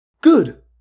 Good